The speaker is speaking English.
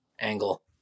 angle